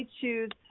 choose